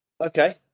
Okay